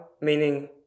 meaning